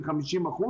ב-50%,